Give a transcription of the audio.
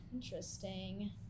interesting